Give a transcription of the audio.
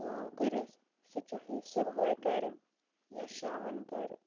کٲم کٔرِتھ سُہ چاہے صُبحٲے کَرِ یا شامَن کَرِ